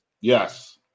Yes